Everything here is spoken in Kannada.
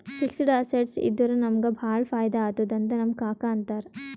ಫಿಕ್ಸಡ್ ಅಸೆಟ್ಸ್ ಇದ್ದುರ ನಮುಗ ಭಾಳ ಫೈದಾ ಆತ್ತುದ್ ಅಂತ್ ನಮ್ ಕಾಕಾ ಅಂತಾರ್